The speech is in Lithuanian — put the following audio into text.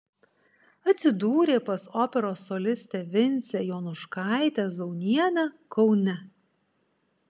atsidūrė pas operos solistę vincę jonuškaitę zaunienę kaune